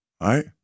right